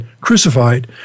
crucified